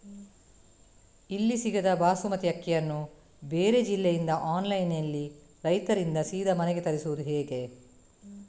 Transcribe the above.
ಇಲ್ಲಿ ಸಿಗದ ಬಾಸುಮತಿ ಅಕ್ಕಿಯನ್ನು ಬೇರೆ ಜಿಲ್ಲೆ ಇಂದ ಆನ್ಲೈನ್ನಲ್ಲಿ ರೈತರಿಂದ ಸೀದಾ ಮನೆಗೆ ತರಿಸುವುದು ಹೇಗೆ?